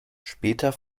später